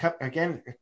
again